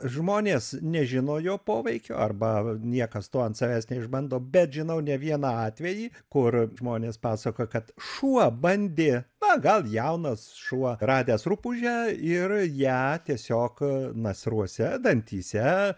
žmonės nežino jo poveikio arba niekas to ant savęs neišbando bet žinau ne vieną atvejį kur žmonės pasakojo kad šuo bandė na gal jaunas šuo radęs rupūžę ir ją tiesiog nasruose dantyse